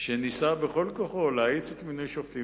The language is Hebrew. שניסה בכל כוחו להאיץ את מינוי השופטים,